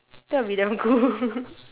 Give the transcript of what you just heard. that will be damn cool